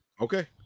Okay